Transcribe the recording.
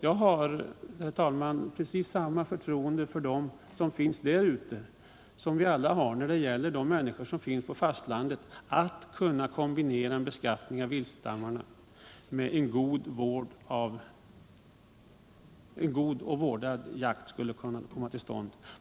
Jag har, herr talman, precis samma förtroende för dem som finns där ute som vi alla har för de människor som finns på fastlandet när det gäller att kombinera en beskattning av viltstammarna med en god viltvård.